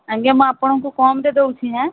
ଆଜ୍ଞା ମୁଁ ଆପଣଙ୍କୁ କମରେ ଦେଉଛି ଆଁ